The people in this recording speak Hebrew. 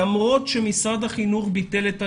למרות שמשרד החינוך ביטל את הנסיעות.